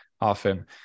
often